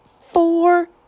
four